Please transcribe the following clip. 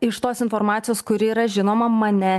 iš tos informacijos kuri yra žinoma mane